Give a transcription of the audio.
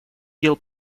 дел